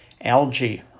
algae